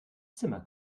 zimmer